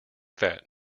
that